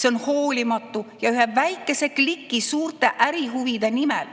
See on hoolimatu ja ühe väikese kliki suurte ärihuvide nimel